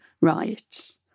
riots